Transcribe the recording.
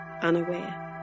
unaware